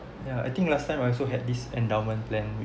ya I think last time I also had this endowment plan